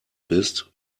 bist